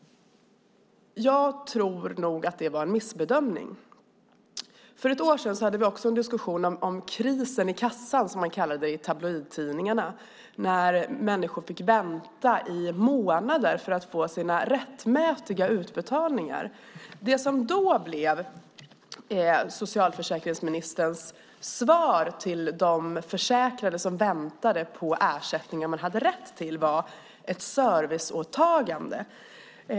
Jag tror nog att det var en missbedömning. För ett år sedan hade vi också en diskussion om "kris i kassan", som man kallade det i tabloidtidningarna när människor fick vänta i månader för att få sina rättmätiga utbetalningar. Det som då blev socialförsäkringsministerns svar till de försäkrade som väntade på ersättningen de hade rätt till var ett serviceåtagande.